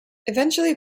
eventually